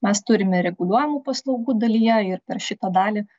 mes turime reguliuojamų paslaugų dalyje ir per šitą dalį